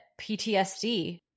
ptsd